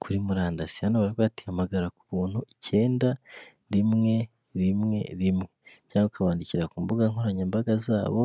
kuri murandasi. Hano barakubwira bati "hahamagara ku buntu icyenda, rimwe, rimwe, rimwe" cyangwa ukabandikira ku mbuga nkoranyambaga zabo,